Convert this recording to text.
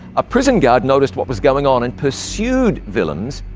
a prison guard noticed what was going on and pursued willems,